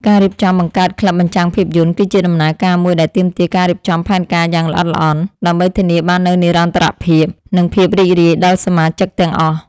ការរៀបចំបង្កើតក្លឹបបញ្ចាំងភាពយន្ត គឺជាដំណើរការមួយដែលទាមទារការរៀបចំផែនការយ៉ាងល្អិតល្អន់ ដើម្បីធានាបាននូវនិរន្តរភាព និងភាពរីករាយដល់សមាជិកទាំងអស់។